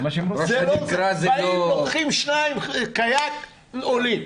באים, לוקחים שניים קיאק, עולים.